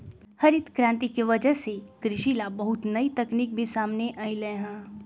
हरित करांति के वजह से कृषि ला बहुत नई तकनीक भी सामने अईलय है